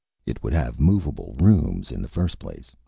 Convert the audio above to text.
it would have movable rooms, in the first place.